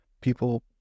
people